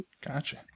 gotcha